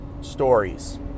stories